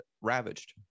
ravaged